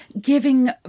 giving